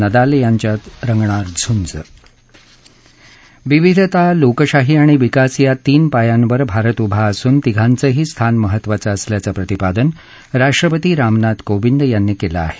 Nadal यांच्यात रंगणार झूंज विविधता लोकशाही आणि विकास या तीन पायांवर भारत उभा असून तिघांचही स्थान महत्त्वाचं असल्याचं प्रतिपादन राष्ट्रपती रामनाथ कोविंद यांनी केलं आहे